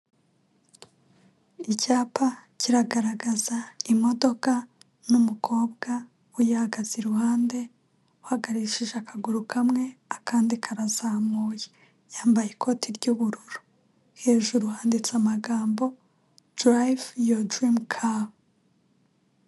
Icyapa kiragaragaza imodoka n'umukobwa uhagaze iruhande uhagarishije akaguru kamwe akandi karazamuye yambaye ikoti ry'ubururu hejuru handitse amagambo darayivu yowa dirimu kare.